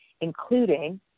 including